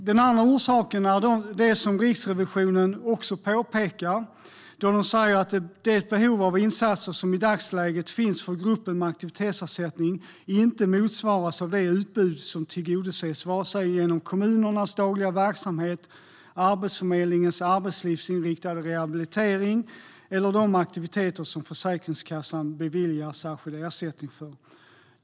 Den andra orsaken är det som Riksrevisionen också påpekar, då man säger att det behov av insatser som i dagsläget finns för gruppen med aktivitetsersättning inte motsvaras av det utbud som tillgodoses vare sig genom kommunernas dagliga verksamhet, Arbetsförmedlingens arbetslivsinriktade rehabilitering eller de aktiviteter som Försäkringskassan beviljar särskild ersättning för.